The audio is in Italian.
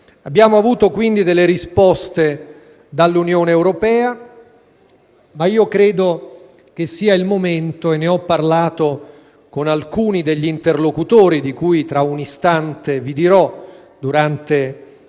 Abbiamo avuto quindi delle risposte dall'Unione europea, ma credo che sia il momento - e ne ho parlato con alcuni degli interlocutori, di cui vi dirò tra un istante, durante